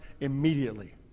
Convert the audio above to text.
immediately